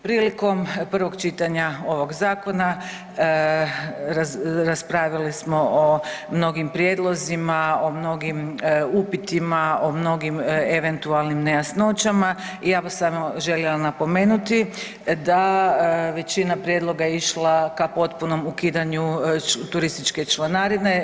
Prilikom prvog čitanja ovog zakona raspravili smo o mnogim prijedlozima, o mnogim upitima, o mnogim eventualnim nejasnoćama i ja bih samo željela napomenuti da većina prijedloga je išla ka potpunom ukidanju turističke članarine.